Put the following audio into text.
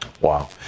Wow